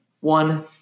One